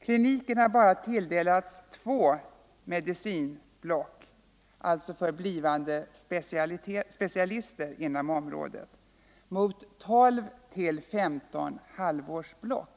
Kliniken har bara tilldelats två medicinblock — för blivande specialister inom området —- mot 12-15 halvårsblock.